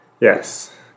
Yes